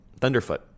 Thunderfoot